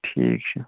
ٹھیٖک چھُ